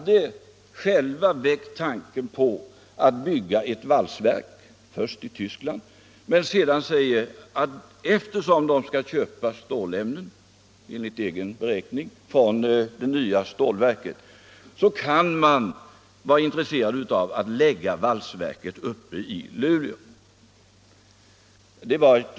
Där hade man först tänkt att bygga ett valsverk i Tyskland, men sedan sade man sig att eftersom Krupp enligt egna beräkningar skulle komma att köpa stålämnen från vårt nya stålverk, så kunde man tänka sig att förlägga valsverket till Luleå i stället.